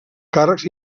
càrrecs